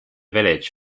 village